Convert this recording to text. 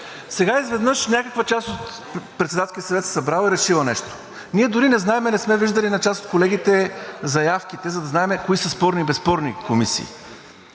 Сега изведнъж някаква част от Председателския съвет се е събрала и решила нещо. Ние дори не знаем, не сме виждали на част от колегите заявките, за да знаем кои са спорни и безспорни комисии.